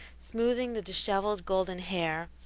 smoothing the dishevelled golden hair,